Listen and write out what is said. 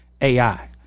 AI